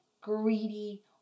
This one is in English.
greedy